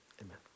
amen